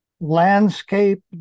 landscape